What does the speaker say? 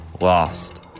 lost